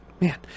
man